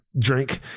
drink